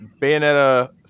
Bayonetta